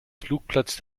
flugplatz